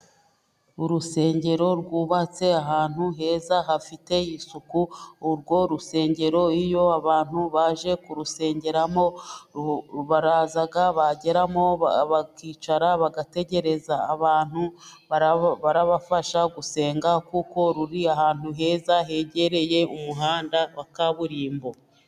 Urusengero rwubatse ahantu heza hafite isuku. Urwo rusengero iyo abantu baje kurusengeramo, baraza bageramo, bakicara bagategereza abantu bari bubafasha gusenga, kuko ruri ahantu heza hegereye umuhanda wa kaburimbo.